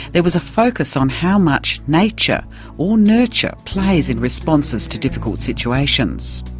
there was a focus on how much nature or nurture plays in responses to difficult situations.